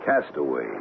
Castaway